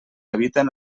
habiten